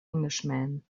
englishman